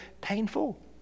painful